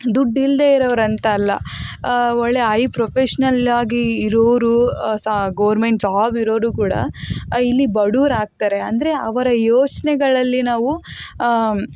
ದುಡ್ಡಿಲ್ದೇ ಇರೋವ್ರಂತ ಒಳ್ಳೆಯ ಐ ಪ್ರೊಫೆಷನಲ್ಲಾಗಿ ಇರೋವ್ರು ಸಹ ಗೌರ್ಮೆಂಟ್ ಜಾಬಿರೋರು ಕೂಡ ಇಲ್ಲಿ ಬಡವ್ರಾಗ್ತಾರೆ ಅಂದರೆ ಅವರ ಯೋಚನೆಗಳಲ್ಲಿ ನಾವು